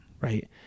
Right